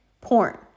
porn